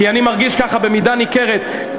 כי אני מרגיש ככה במידה ניכרת,